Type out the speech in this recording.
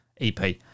EP